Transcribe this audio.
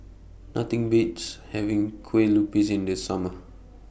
Nothing Beats having Kue Lupis in The Summer